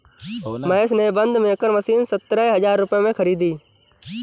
महेश ने बंद maker machine सतरह हजार रुपए में खरीदी